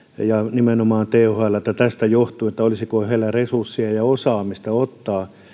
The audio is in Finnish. nimenomaan thlltä tästä johtuen että olisiko heillä resursseja ja ja osaamista ottaa